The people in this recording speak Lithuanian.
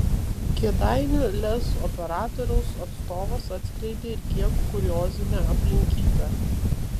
kėdainių lez operatoriaus atstovas atskleidė ir kiek kuriozinę aplinkybę